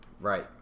right